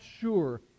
sure